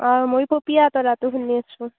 অ মই পপীয়া তৰাটো শুনি আছোঁ